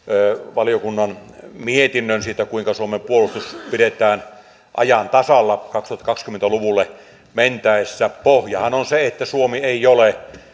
valiokunnan mietinnön siitä kuinka suomen puolustus pidetään ajan tasalla kaksituhattakaksikymmentä luvulle mentäessä pohjahan on se että suomi ei ole